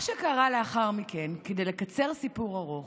מה שקרה לאחר מכן, כדי לקצר סיפור ארוך,